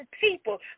people